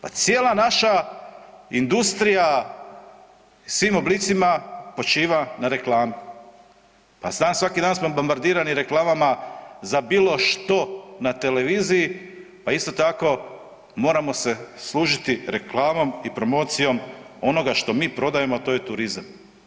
Pa cijela naša industrija u svim oblicima počiva na reklami, pa … svaki dan smo bombardirani reklamama za bilo što na televiziji pa isto tako moramo se služiti reklamom i promocijom onoga što mi prodajemo, a to je turizam.